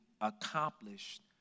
accomplished